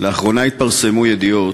מאיר פרוש לעלות לדוכן.